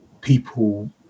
people